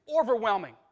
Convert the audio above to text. overwhelming